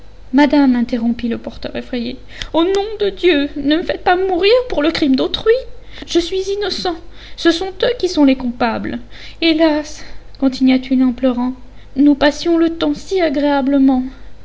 madame interrompit le porteur effrayé au nom de dieu ne me faites pas mourir pour le crime d'autrui je suis innocent ce sont eux qui sont les coupables hélas continua-t-il en pleurant nous passions le temps si agréablement